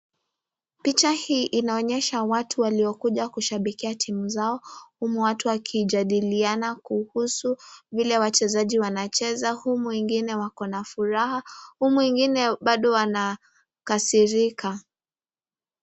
Picha hii inaonyesha watu waliokuja kushabikia timu zao, watu wakijadiliana kuhusu vile wachezaji wanacheza, humu wengine wako na furaha, humu wengine bado wanakasirika.